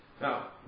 Now